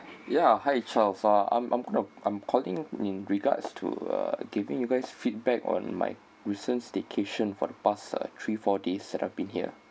ya hi charles uh I'm I'm I'm calling in regards to uh giving you guys feedback on my recent staycation for the past uh three four days set up in here